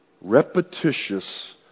repetitious